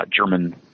German